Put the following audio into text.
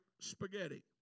Spaghetti